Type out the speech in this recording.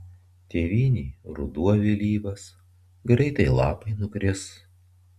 tėvynėj ruduo vėlyvas greitai lapai nukris